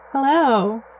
Hello